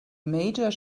major